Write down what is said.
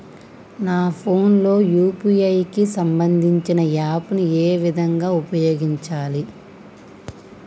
నా ఫోన్ లో యూ.పీ.ఐ కి సంబందించిన యాప్ ను ఏ విధంగా ఉపయోగించాలి?